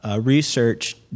research